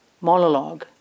monologue